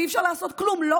ואי-אפשר לעשות כלום.